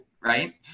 right